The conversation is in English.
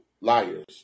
Liars